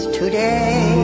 today